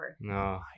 No